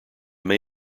may